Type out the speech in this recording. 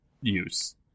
use